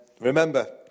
Remember